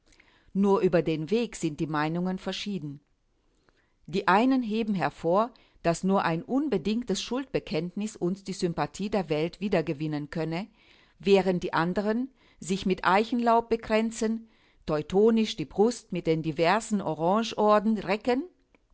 nur über den weg sind die meinungen verschieden die einen heben hervor daß nur ein unbedingtes schuldbekenntnis uns die sympathie der welt wiedergewinnen könne während die andern sich mit eichenlaub bekränzen teutonisch die brust mit den diversen orangeorden recken